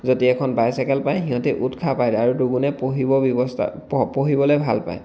যদি এখন বাইচাইকেল পায় সিহঁতে উৎসাহ পায় আৰু দুগুণে পঢ়িবৰ ব্যৱস্থা পঢ়িবলৈ ভাল পায়